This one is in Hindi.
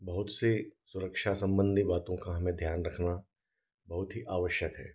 बहुत सी सुरक्षा सम्बन्धी बातों का हमें ध्यान रखना बहुत ही आवश्यक है